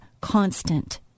constant